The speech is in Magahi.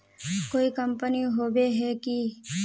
कोई कंपनी होबे है की?